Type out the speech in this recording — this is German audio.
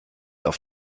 auf